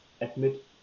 Admit